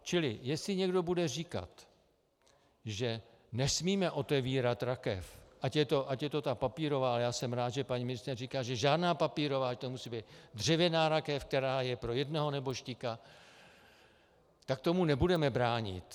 Čili jestli někdo bude říkat, že nesmíme otevírat rakev, ať je to ta papírová a já jsem rád, že paní ministryně říká, že žádná papírová, že to musí být dřevěná rakev, která je pro jednoho nebožtíka tak tomu nebudeme bránit.